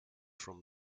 from